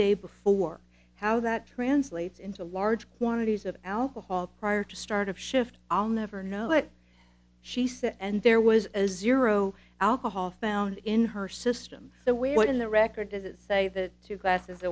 day before how that translates into large quantities of alcohol prior to start of shift i'll never know what she said and there was a zero alcohol found in her system so where in the record does it say that two glasses